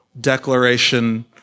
declaration